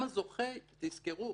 תזכרו,